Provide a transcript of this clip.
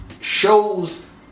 shows